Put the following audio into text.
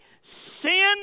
sin